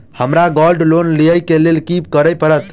हमरा gold loan लिय केँ लेल की करऽ पड़त?